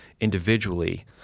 individually